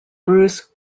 bruce